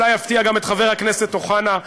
אולי אפתיע גם את חבר הכנסת אוחנה.